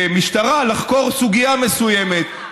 למשטרה לחקור סוגיה מסוימת,